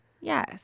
yes